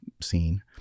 scene